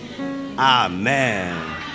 Amen